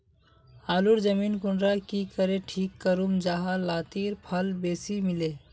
आलूर जमीन कुंडा की करे ठीक करूम जाहा लात्तिर फल बेसी मिले?